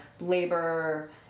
labor